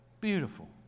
beautiful